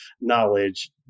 knowledge